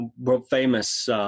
world-famous